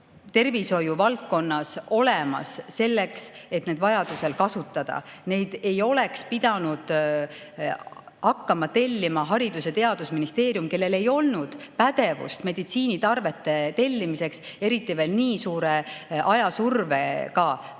tervishoiuvaldkonnas olemas olema, et neid vajadusel kasutada. Neid ei oleks pidanud hakkama tellima Haridus- ja Teadusministeerium, kellel ei olnud pädevust meditsiinitarvete tellimiseks, eriti veel nii suure ajasurvega.